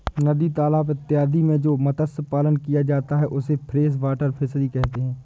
नदी तालाब इत्यादि में जो मत्स्य पालन किया जाता है उसे फ्रेश वाटर फिशरी कहते हैं